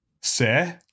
Se